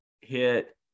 hit